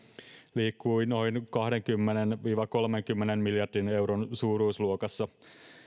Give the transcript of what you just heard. liikkui noin kahdenkymmenen viiva kolmenkymmenen miljardin euron suuruusluokassa